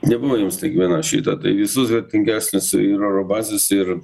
nebuvo jiem staigmena šita tai visus vertingesnius ir oro bazes ir